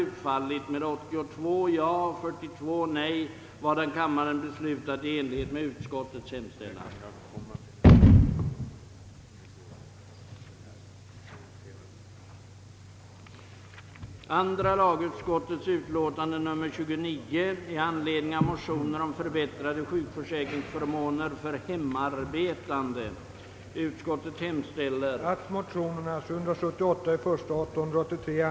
Ett argument som inte förekommit så mycket här men som använts tidigare, t.ex. när frågan diskuterades i Stockholms stadsfullmäktige, är detta: Hur kan liberaler agitera för frihet åt syndikalister?